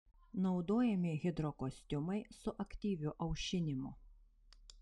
naudojami hidrokostiumai su aktyviu aušinimu